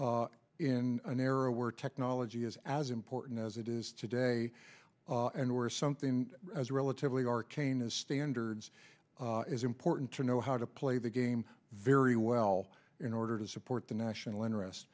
government in an era where technology is as important as it is today and where something as relatively arcane as standards is important to know how to play the game very well in order to support the national interest